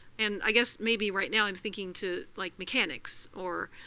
and i guess maybe right now i'm thinking to like mechanics or